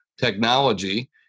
technology